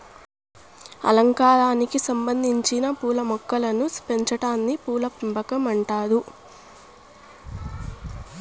అలంకారానికి సంబందించిన పూల మొక్కలను పెంచాటాన్ని పూల పెంపకం అంటారు